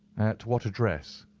at what address?